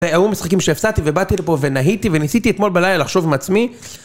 היו משחקים שהפסדתי ובאתי לפה ונהיתי וניסיתי אתמול בלילה לחשוב עם עצמי